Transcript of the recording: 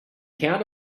count